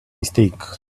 mistake